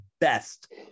best